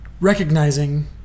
recognizing